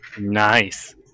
nice